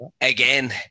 Again